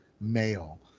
male